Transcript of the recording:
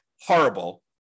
horrible